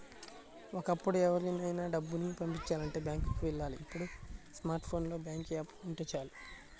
ఒకప్పుడు ఎవరికైనా డబ్బుని పంపిచాలంటే బ్యాంకులకి వెళ్ళాలి ఇప్పుడు స్మార్ట్ ఫోన్ లో బ్యాంకు యాప్ ఉంటే చాలు